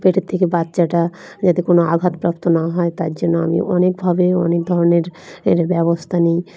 পেটের থেকে বাচ্চাটা যাতে কোনো আঘাতপ্রাপ্ত না হয় তার জন্য আমি অনেকভাবে অনেক ধরনের এর ব্যবস্থা নিই